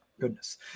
goodness